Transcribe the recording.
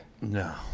no